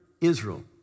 Israel